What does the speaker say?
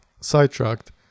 sidetracked